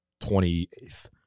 28th